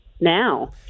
now